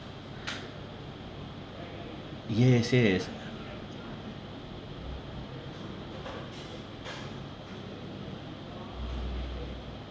yes yes